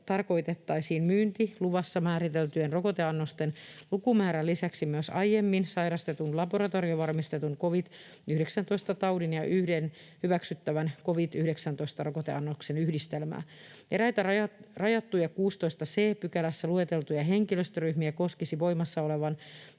tarkoitettaisiin myyntiluvassa määriteltyjen rokoteannosten lukumäärän lisäksi myös aikaisemmin sairastetun laboratoriovarmistetun covid-19-taudin ja yhden hyväksyttävän covid-19-rokoteannoksen yhdistelmää. Eräitä rajattuja 16 c §:ssä lueteltuja henkilöryhmiä koskisi voimassa olevaan